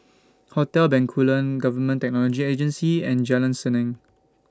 Hotel Bencoolen Government Technology Agency and Jalan Senang